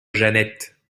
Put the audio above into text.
jeannette